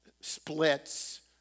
splits